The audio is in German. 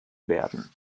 werden